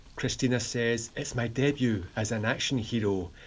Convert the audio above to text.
christina says it's my debut as an action hero,